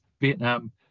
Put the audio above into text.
Vietnam